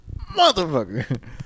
motherfucker